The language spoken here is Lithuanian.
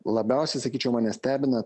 labiausiai sakyčiau mane stebina